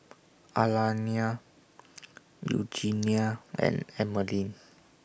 Alayna Eugenia and Emeline